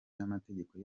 n’amategeko